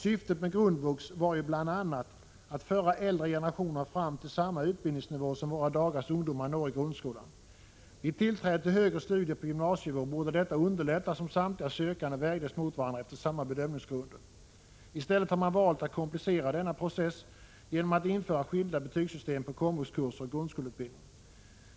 Syftet med grundvux var ju bl.a. att föra äldre generationer fram till samma utbildningsnivå som våra dagars ungdomar når i grundskolan. Vid tillträde till högre studier på gymnasienivå borde detta underlättas om samtliga sökande vägdes mot varandra efter samma bedömningsgrunder. I stället har man valt att komplicera denna process genom att införa skilda betygssystem på komvuxkurser och i grundskoleutbildning.